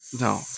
No